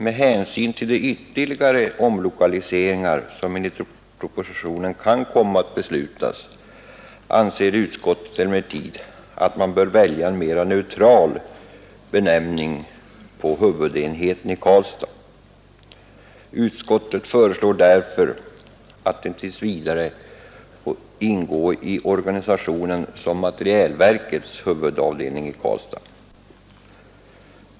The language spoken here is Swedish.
Med hänsyn till de ytterligare omlokaliseringar som enligt propositionen kan komma att beslutas anser utskottet emellertid att man bör välja en mera neutral benämning på huvudenheten i Karlstad. Utskottet föreslår att den tills vidare får ingå i organisationen som materielverkets huvudavdelning i Karlstad.